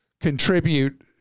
contribute